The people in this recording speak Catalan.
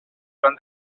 joan